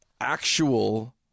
actual